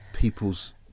people's